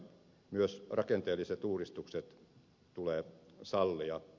myös rakenteelliset uudistukset tulee sallia